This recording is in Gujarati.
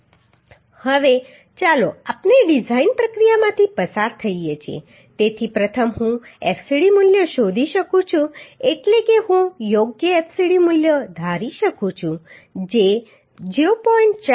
હવે ચાલો આપણે ડિઝાઇન પ્રક્રિયામાંથી પસાર થઈએ તેથી પ્રથમ હું fcd મૂલ્ય શોધી શકું છું એટલે કે હું યોગ્ય fcd મૂલ્ય ધારી શકું છું જે 0